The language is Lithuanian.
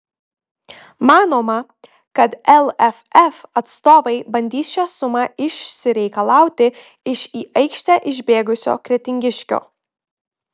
manoma kad lff atstovai bandys šią sumą išsireikalauti iš į aikštę išbėgusio kretingiškio